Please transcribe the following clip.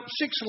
six